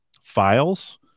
files